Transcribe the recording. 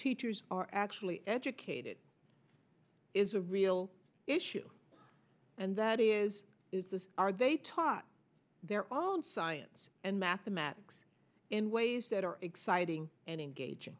teachers are actually educated is a real issue and that is this are they taught their own science and mathematics in ways that are exciting and engag